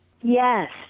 Yes